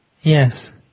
Yes